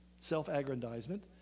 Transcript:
self-aggrandizement